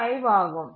5 ஆகும்